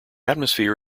atmosphere